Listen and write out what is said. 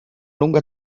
lunga